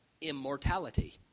immortality